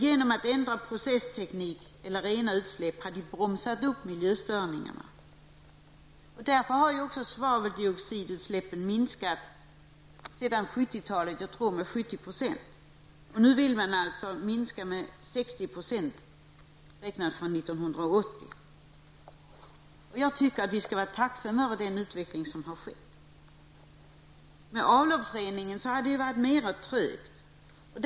Genom att ändra processteknik och därmed få mindre giftiga utsläpp har man bromsat upp miljöstörningarna. Därmed har också svaveldioxidutsläppen minskat med 70 % sedan 1970-talet. Nu vill man åstadkomma en minskning med 60 % räknat från 1980. Jag tycker att vi skall vara tacksamma över den utveckling som har ägt rum. Med avloppsreningen har det varit trögare.